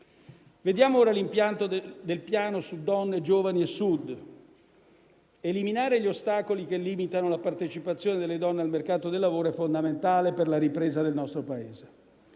Vediamo ora l'impatto del Piano su donne, giovani e Sud. Eliminare gli ostacoli che limitano la partecipazione delle donne al mercato del lavoro è fondamentale per la ripresa del nostro Paese.